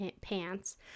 pants